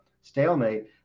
stalemate